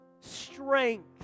strength